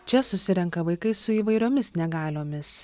čia susirenka vaikai su įvairiomis negaliomis